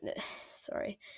sorry